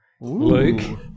Luke